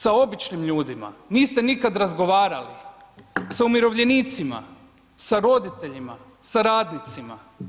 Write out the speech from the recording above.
Sa običnim ljudima niste nikad razgovarali, sa umirovljenicima, sa roditeljima, sa radnicima.